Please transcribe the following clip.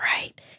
right